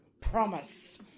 Promise